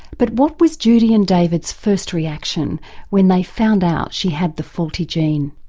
but what was judy and david's first reaction when they found out she had the faulty gene?